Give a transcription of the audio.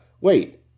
wait